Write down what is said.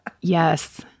Yes